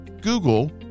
Google